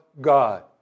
God